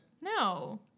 no